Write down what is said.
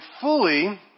fully